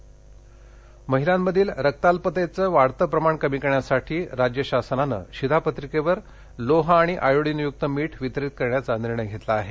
मीठ वितरण महिलांमधील रक्ताल्पतेचं वाढतं प्रमाण कमी करण्यासाठी राज्य शासनानं शिधापत्रिकेवर लोह आणि आयोडिनयुक्त मीठ वितरित करण्याचा निर्णय घेतला आहे